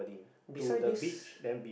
beside this